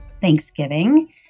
Thanksgiving